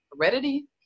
heredity